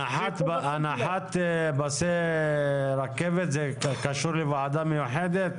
לא, הנחת פסי רכבת קשורה לוועדה מיוחדת?